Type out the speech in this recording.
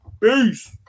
Peace